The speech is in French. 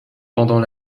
pendant